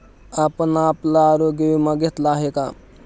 आपण आपला आरोग्य विमा घेतला आहे का?